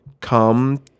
come